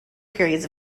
periods